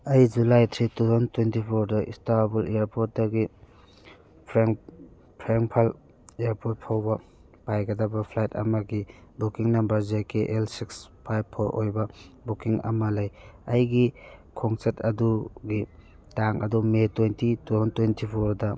ꯑꯩ July three two thousand twenty ꯐꯣꯔꯗ Istanbul ꯏꯌꯥꯔꯄꯣꯔꯠꯇꯒꯤ ꯐ꯭ꯔꯦꯡꯐꯔꯠ ꯏꯌꯥꯔꯄꯣꯔꯠ ꯐꯥꯎꯕ ꯄꯥꯏꯒꯗꯕ ꯐ꯭ꯂꯥꯏꯠ ꯑꯃꯒꯤ booking number J K L six ꯐꯥꯏꯕ ꯐꯣꯔ ꯑꯣꯏꯕ ꯕꯨꯛꯀꯤꯡ ꯑꯃ ꯂꯩ ꯑꯩꯒꯤ ꯈꯣꯡꯆꯠ ꯑꯗꯨꯒꯤ ꯇꯥꯡ ꯑꯗꯨ May twenty two thousand twenty ꯐꯣꯔꯗ